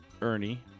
Ernie